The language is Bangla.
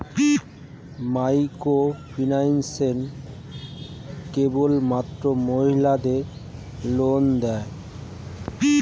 মাইক্রোফিন্যান্স কেবলমাত্র মহিলাদের লোন দেয়?